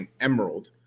Emerald